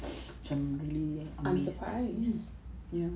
macam beli amazed mm ya